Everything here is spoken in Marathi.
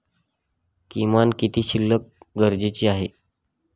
किमान किती शिल्लक गरजेची आहे?